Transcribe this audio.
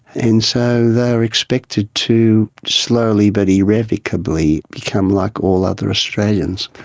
and so they were expected to slowly but irrevocably become like all other australians.